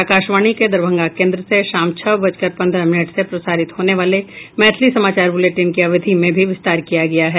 आकाशवाणी के दरभंगा केन्द्र से शाम छह बजकर पंद्रह मिनट से प्रसारित होने वाले मैथिली समाचार बुलेटिन की अवधि में भी विस्तार किया गया है